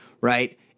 right